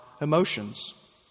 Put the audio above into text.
emotions